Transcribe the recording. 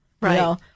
Right